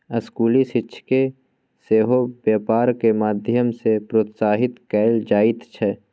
स्कूली शिक्षाकेँ सेहो बेपारक माध्यम सँ प्रोत्साहित कएल जाइत छै